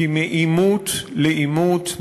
כי מעימות לעימות,